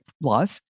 laws